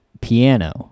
piano